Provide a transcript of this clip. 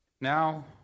Now